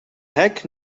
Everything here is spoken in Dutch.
hek